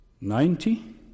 Ninety